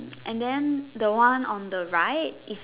and than the one on the right is